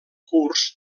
curs